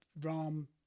Ram